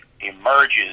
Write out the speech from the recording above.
emerges